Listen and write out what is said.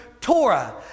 Torah